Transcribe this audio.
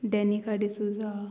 Danica D'Souza